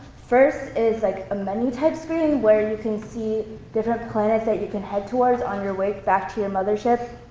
first is like a menu-type screen where you can see different planets that you can head towards on your way back to your mothership.